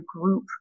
group